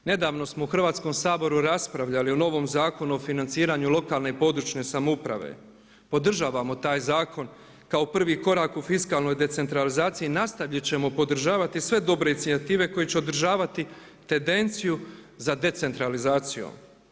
Nedavno smo u Hrvatskom saboru raspravljali o novom Zakonu o financiranju lokalne i područne samouprave, podržavamo taj zakon kao prvi korak u fiskalnoj decentralizaciji, nastavljat ćemo podržavati sve dobre inicijative koje će održavati tendenciju za decentralizacijom.